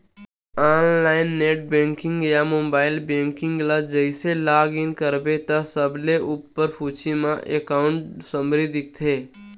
online net banking या mobile banking ल जइसे लॉग इन करबे त सबले उप्पर सूची म एकांउट समरी दिखथे